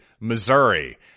Missouri